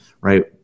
right